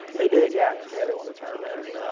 they did. yeah. yeah they won the tournament. and